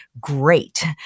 great